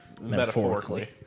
metaphorically